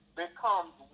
becomes